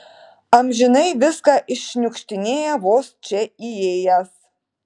amžinai viską iššniukštinėja vos čia įėjęs